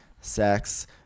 sex